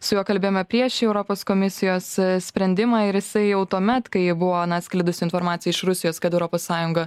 su juo kalbėjome prieš šį europos komisijos sprendimą ir jisai jau tuomet kai buvo na atsklidusi informacija iš rusijos kad europos sąjunga